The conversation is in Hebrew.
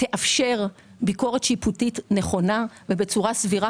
שתאפשר ביקורת שיפוטית נכונה ובצורה סבירה,